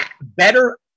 better